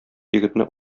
егетне